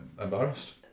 embarrassed